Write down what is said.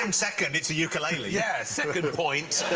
and second, it's a ukulele. yeah, second point,